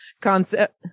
concept